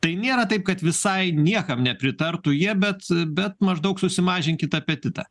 tai nėra taip kad visai niekam nepritartų jie bet bet maždaug susimažinkit apetitą